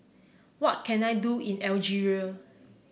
what can I do in Algeria